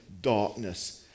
darkness